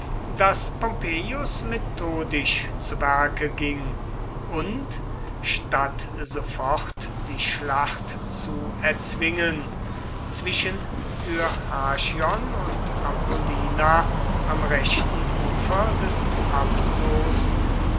daß pompeius methodisch zu werke ging und statt sofort die schlacht zu erzwingen zwischen dyrrhachion und apollonia am rechten ufer des